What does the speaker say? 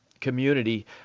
community